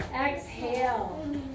Exhale